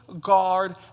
guard